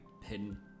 pin